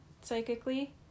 psychically